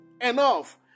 enough